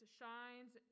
shines